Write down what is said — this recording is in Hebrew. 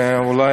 אולי